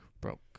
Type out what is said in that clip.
broke